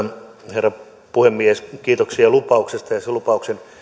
herra puhemies kiitoksia lupauksesta ja sen lupauksen